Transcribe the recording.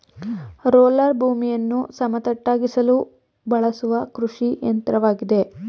roller ಭೂಮಿಯನ್ನು ಸಮತಟ್ಟಾಗಿಸಲು ಬಳಸುವ ಕೃಷಿಯಂತ್ರವಾಗಿದೆ